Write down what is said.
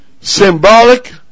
Symbolic